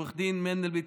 עו"ד מנדלבליט,